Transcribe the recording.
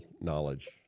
knowledge